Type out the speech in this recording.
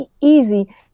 easy